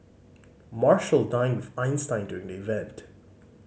marshall dined with Einstein during the event